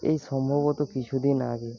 এই সম্ভবত কিছুদিন আগে